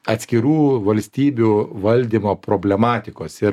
atskirų valstybių valdymo problematikos ir